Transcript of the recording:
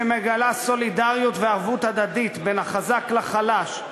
שמגלה סולידריות וערבות הדדית בין החזק לחלש,